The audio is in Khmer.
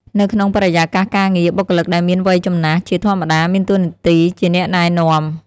នៅក្នុងបរិយាកាសការងារ បុគ្គលិកដែលមានវ័យចំណាស់ជាធម្មតាមានតួនាទីជាអ្នកណែនាំ។